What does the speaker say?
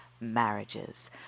marriages